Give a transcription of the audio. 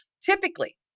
Typically